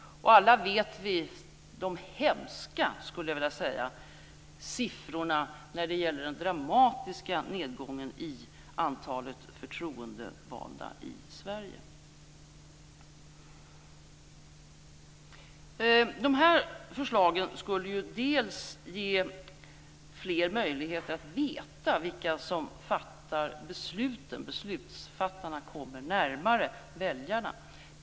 Alla känner vi till de hemska - så vill jag kalla dem - siffrorna för den dramatiska nedgången av antalet förtroendevalda i Sverige. De här förslagen skulle ge fler möjligheter att veta vilka som fattar besluten - beslutsfattarna kommer närmare väljarna.